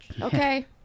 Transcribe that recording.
okay